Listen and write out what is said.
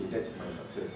okay that's my success